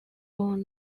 own